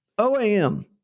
OAM